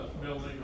building